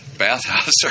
bathhouse